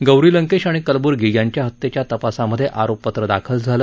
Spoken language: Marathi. गौरी लंकेश आणि कलबुर्गी यांच्या हत्येच्या तपासामधे आरोपपत्र दाखल झालं